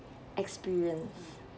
experience